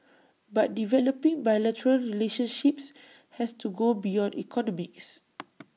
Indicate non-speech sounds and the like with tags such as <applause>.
but developing bilateral relationships has to go beyond economics <noise>